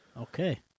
Okay